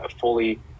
fully